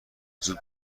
زود